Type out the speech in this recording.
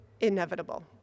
inevitable